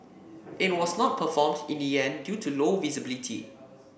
it was not performed in the end due to low visibility